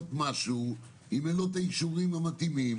משהו אם אין לו את האישורים המתאימים.